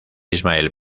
ismael